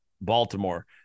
Baltimore